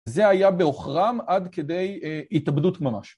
זה היה בעוכרם, עד כדי התאבדות ממש.